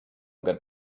good